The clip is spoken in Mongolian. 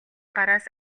гараас